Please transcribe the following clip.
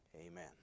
Amen